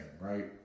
right